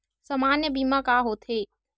सामान्य बीमा का होथे?